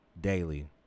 daily